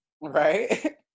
right